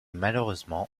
malheureusement